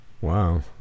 Wow